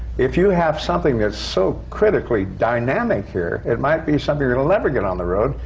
if you have something that's so critically dynamic here, it might be something that'll never get on the road,